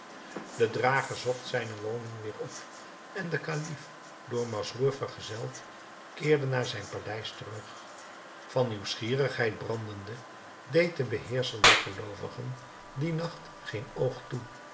de drager zocht zijne woning weêr op en de kalif door masrour vergezeld keerde naar zijn paleis terug van nieuwsgierigheid brandende deed de beheerscher der geloovigen dien nacht geen oog toe